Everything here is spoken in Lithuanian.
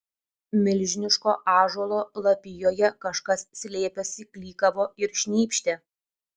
milžiniško ąžuolo lapijoje kažkas slėpėsi klykavo ir šnypštė